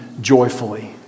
joyfully